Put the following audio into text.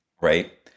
Right